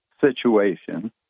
situation